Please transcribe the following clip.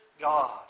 God